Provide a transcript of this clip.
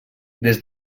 des